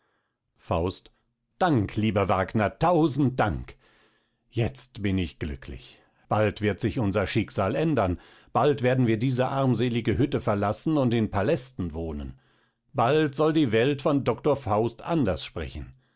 faust dank lieber wagner tausend dank jetzt bin ich glücklich bald wird sich unser schicksal ändern bald werden wir diese armselige hütte verlaßen und in pallästen wohnen bald soll die welt von doctor faust anders sprechen